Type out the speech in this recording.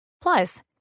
Plus